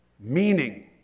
Meaning